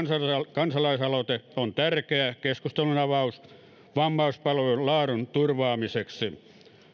kansalaisaloite on tärkeä keskustelunavaus vammaispalvelujen laadun turvaamiseksi